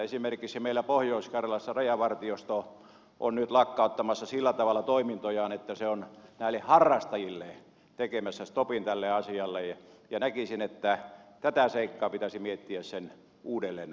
esimerkiksi meillä pohjois karjalassa rajavartiosto on nyt lakkauttamassa sillä tavalla toimintojaan että se on näille harrastajille tekemässä stopin tälle asialle ja näkisin että tätä seikkaa sen pitäisi miettiä uudelleen näissä asioissa